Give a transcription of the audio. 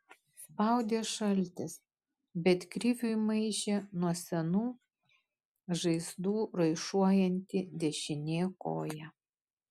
spaudė šaltis bet kriviui maišė nuo senų žaizdų raišuojanti dešinė koja